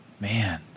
Man